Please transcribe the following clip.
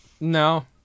No